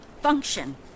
function